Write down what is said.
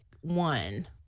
one